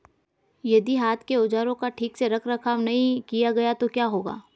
यदि हाथ के औजारों का ठीक से रखरखाव नहीं किया गया तो क्या होगा?